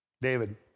David